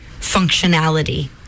functionality